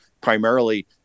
primarily